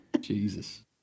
Jesus